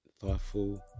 Thoughtful